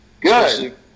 Good